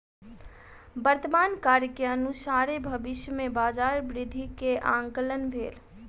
वर्तमान कार्य के अनुसारे भविष्य में बजार वृद्धि के आंकलन भेल